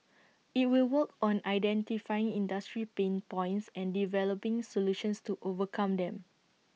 IT will work on identifying industry pain points and developing solutions to overcome them